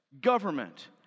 government